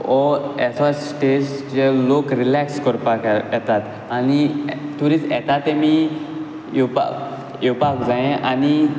हो अेसो स्टॅट जे लोक रिलेक्स करपाक येतात आनी ट्युरिस्ट येता तेमी येवपाक येवपाक जायें आनी